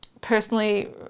Personally